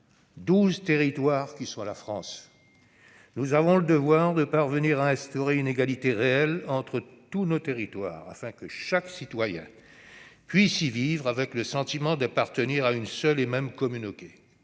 territoires qui sont la France. Nous avons le devoir d'instaurer une égalité réelle entre tous nos territoires afin que chaque citoyen puisse y vivre avec le sentiment d'appartenir à une seule et même communauté.